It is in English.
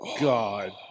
God